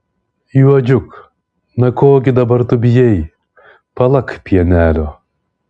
juodžiuk na ko gi dabar tu bijai palak pienelio